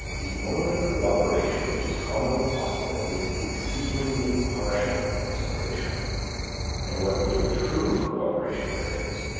the only co-operation which is commonly possible is exceedingly partial and superficial and what little true co-operation there is,